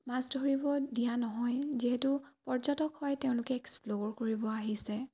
মাছ ধৰিব দিয়া নহয় যিহেতু পৰ্যটক হয় তেওঁলোকে এক্সপ্ল'ৰ কৰিব আহিছে